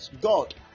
God